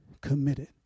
committed